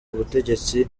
butegetsi